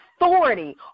authority